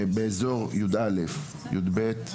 באזור כיתות י״א ו-י״ב,